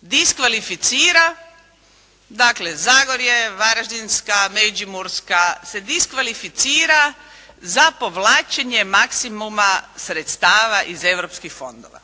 diskvalificira, dakle Zagorje, Varaždinska, Međimurska se diskvalificira za povlačenje maksimuma sredstava iz europskih fondova.